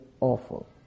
awful